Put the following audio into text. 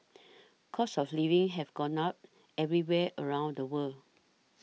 costs of living have gone up everywhere around the world